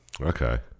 Okay